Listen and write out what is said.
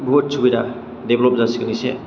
बहुद सुबिदा देब्ल'ब जासिगोन इसे